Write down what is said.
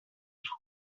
του